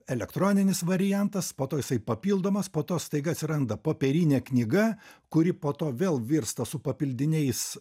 elektroninis variantas po to jisai papildomas po to staiga atsiranda popierinė knyga kuri po to vėl virsta su papildiniais